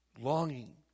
longing